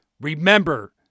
remember